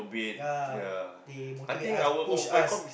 ya they motivate us push us